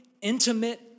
intimate